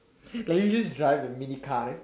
can you just drive the mini car then